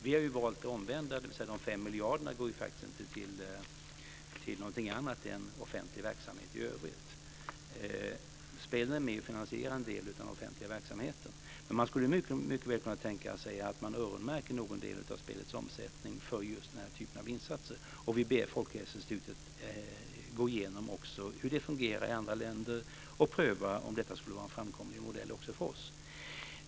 Vi har valt det omvända, dvs. de 5 miljarderna går faktiskt inte till något annat än offentlig verksamhet i övrigt. Spelen är med och finansierar en del av den offentliga verksamheten, men man skulle mycket väl kunna tänka sig att vi öronmärker en del av spelens omsättning för just den här typen av insatser. Vi ber också Folkhälsoinstitutet att gå igenom hur det fungerar i andra länder och pröva om detta skulle vara en framkomlig modell också för oss.